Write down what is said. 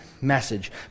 message